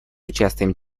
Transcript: участием